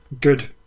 Good